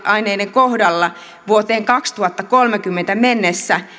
kohdalla vuoteen kaksituhattakolmekymmentä mennessä